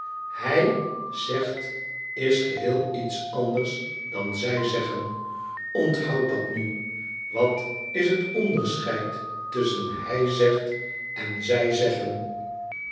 hij zegt is geheel iets anders dan zij zeggen onthoud dat nu wat is het onderscheid tusschen hij zegt en zij zeggen